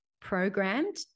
programmed